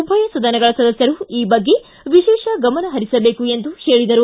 ಉಭಯ ಸದನಗಳ ಸದಸ್ಯರು ಈ ಬಗ್ಗೆ ವಿಶೇಷ ಗಮನ ಹರಿಸಬೇಕು ಎಂದು ಹೇಳಿದರು